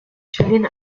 chilean